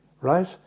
right